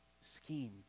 scheme